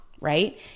Right